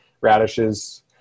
radishes